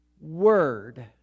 word